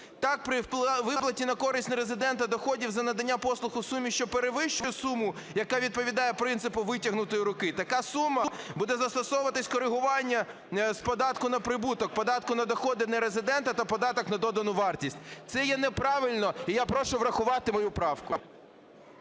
Так, при виплаті на користь нерезидента доходів за надання послуг у сумі, що перевищує суму, яка відповідає принципу "витягнутої руки", така сума… буде застосовуватись корегування з податку на прибуток, податку на доходи нерезидента та податок на додану вартість. Це є неправильно, і я прошу врахувати мою правку.